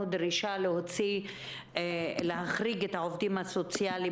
אנחנו דורשים להחריג את העובדים הסוציאליים